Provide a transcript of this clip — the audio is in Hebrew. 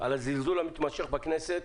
על הזלזול המתמשך בכנסת.